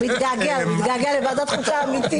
הוא מתגעגע לוועדת חוקה אמיתית.